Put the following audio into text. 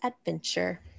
adventure